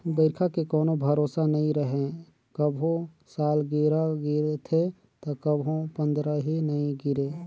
बइरखा के कोनो भरोसा नइ रहें, कभू सालगिरह गिरथे त कभू पंदरही नइ गिरे